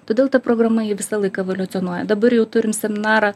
todėl ta programa ji visą laiką evoliucionuoja dabar jau turim seminarą